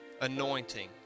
anointing